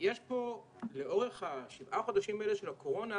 לאורך השבעה החודשים האלה של הקורונה,